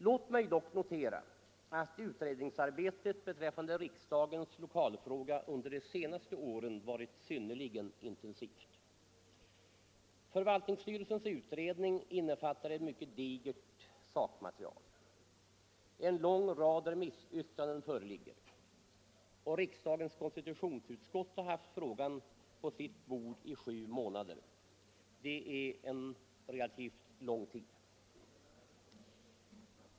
Låt mig dock notera att utredningsarbetet beträffande riksdagens lokalfråga under de senaste åren varit synnerligen intensivt. Förvaltningsstyrelsens utredning innefattar ett mycket digert sakmaterial. En lång rad remissyttranden föreligger, och riksdagens konstitutionsutskott har haft frågan på sitt bord i sju månader. Det är en relativt lång tid.